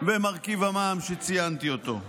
ומרכיב המע"מ, שציינתי אותו.